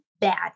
bad